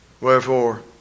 Wherefore